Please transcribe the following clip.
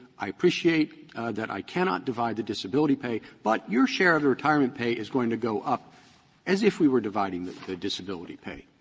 i appreciate that i cannot divide the disability pay, but your share of the retirement pay is going to go up as if we were dividing the the disability pay.